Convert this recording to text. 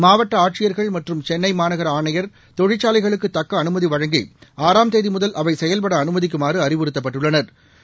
மாவட்ட ஆட்சியர்கள் மற்றும் சென்ளை மாநகர ஆணையர் தொழிற்சாலைகளுக்கு தக்க அனுமதி வழங்கி ஆறாம் தேதி முதல் அவை செயல்பட அனுமதிக்குமாறு அறிவுறுத்தப்பட்டுள்ளனா்